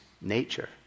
nature